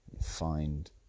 Find